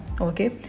okay